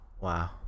wow